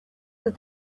that